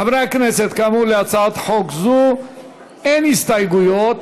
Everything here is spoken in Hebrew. חברי הכנסת, כאמור, להצעת חוק זו אין הסתייגויות.